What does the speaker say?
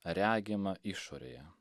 regima išorėje